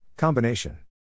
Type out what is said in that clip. Combination